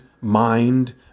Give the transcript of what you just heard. mind